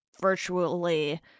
virtually